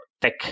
tech